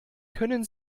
können